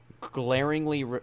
glaringly –